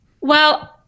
Well-